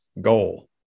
goal